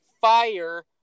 fire